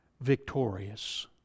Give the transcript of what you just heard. victorious